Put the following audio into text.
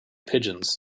pigeons